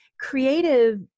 creative